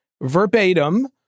verbatim